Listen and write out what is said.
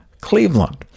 Cleveland